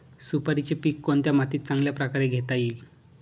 सुपारीचे पीक कोणत्या मातीत चांगल्या प्रकारे घेता येईल?